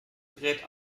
gerät